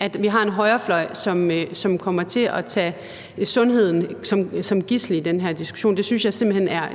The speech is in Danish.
at vi har en højrefløj, som kommer til at tage sundheden som gidsel i den her diskussion. Det synes jeg simpelt hen er